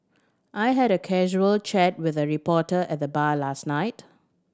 I had a casual chat with a reporter at the bar last night